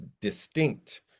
distinct